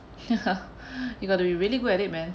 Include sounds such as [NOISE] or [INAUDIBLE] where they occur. [LAUGHS] you got to be really good at it man